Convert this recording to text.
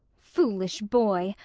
foolish boy,